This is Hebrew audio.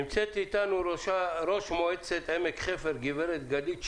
נמצאת איתנו ראש מועצת עמק חפר, גברת גלית שאול,